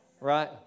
right